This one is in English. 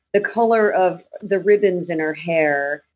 the color of the ribbons in her hair.